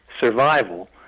survival